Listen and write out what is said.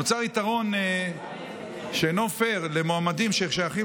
נוצר יתרון שאינו פייר למועמדים ששייכים